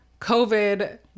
COVID